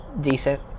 decent